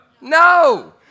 No